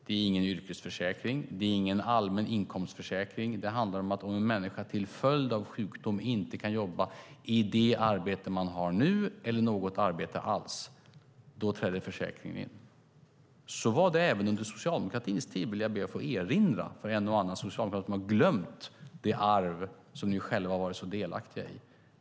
Det är ingen yrkesförsäkring eller allmän inkomstförsäkring. Om en människa till följd av sjukdom inte kan utföra det arbete hon har nu eller något arbete alls träder försäkringen in. Så var det även på socialdemokratins tid, vill jag be att få erinra de socialdemokrater som har glömt det arv som de själva har varit delaktiga i.